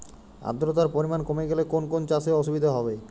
আদ্রতার পরিমাণ কমে গেলে কোন কোন চাষে অসুবিধে হবে?